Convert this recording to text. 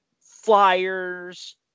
flyers